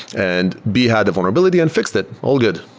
and b had a vulnerability and fixed it. all good.